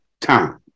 time